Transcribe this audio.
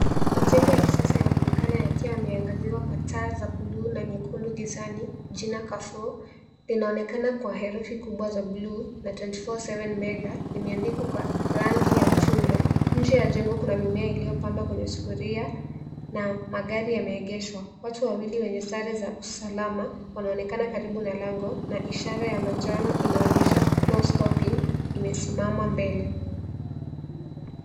Majengo ya kisasa yanaonekana yakiwa yameangaziwa kwa taa za buluu na nyekundu gizani. Jina Carrefour linaonekana kwa herufi kubwa za blue na 24/7 mega limeandikwa kwa rangi ya chungwa. Nje ya jengo kuna mimea iliyopandwa kwenye sufuria na magari yameegeshwa. Watu wawili wenye sare za usalama wanaonekana karibu na lango na ishara ya manjano inaonyesha no stopping imesimama mbele.